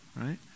right